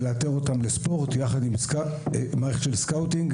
לאתר אותם בספורט יחד עם מערכת של סקאוטינג,